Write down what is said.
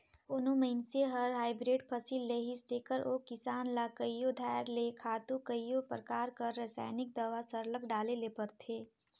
कोनो मइनसे हर हाईब्रिड फसिल लेहिस तेकर ओ किसान ल कइयो धाएर ले खातू कइयो परकार कर रसइनिक दावा सरलग डाले ले परथे